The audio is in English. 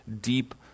deep